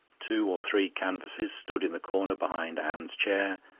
two or three canvases stood in the corner behind anne's chair,